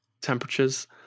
temperatures